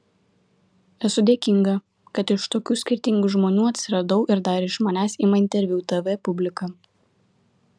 esu dėkinga kad iš tokių skirtingų žmonių atsiradau ir dar iš manęs ima interviu tv publika